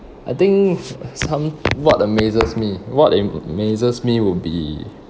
I think some what amazes me what amazes me would be